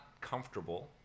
comfortable